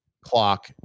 clock